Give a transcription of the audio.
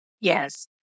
Yes